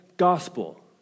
Gospel